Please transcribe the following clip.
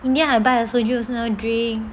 in the end I buy the soju also never drink